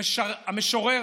המשורר